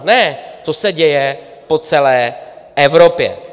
Ne, to se děje po celé Evropě.